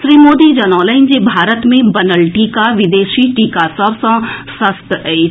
श्री मोदी जनौलनि जे भारत मे बनल टीका विदेशी टीका सभ सँ सस्त अछि